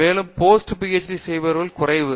மேலும் post PhD செய்வபவர்கள் குறைவு